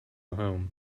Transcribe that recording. home